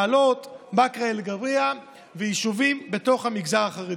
מעלות, באקה אל-גרבייה ויישובים בתוך המגזר החרדי.